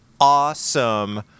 awesome